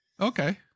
Okay